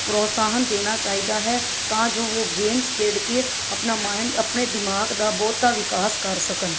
ਪ੍ਰੋਤਸਾਹਨ ਦੇਣਾ ਚਾਹੀਦਾ ਹੈ ਤਾਂ ਜੋ ਉਹ ਗੇਮਸ ਖੇਡ ਕੇ ਆਪਣਾ ਮਾਇੰਡ ਆਪਣੇ ਦਿਮਾਗ ਦਾ ਬਹੁਤ ਵਿਕਾਸ ਕਰ ਸਕਣ